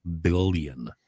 billion